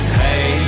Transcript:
hey